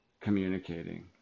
communicating